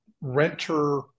renter